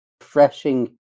refreshing